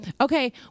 Okay